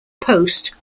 post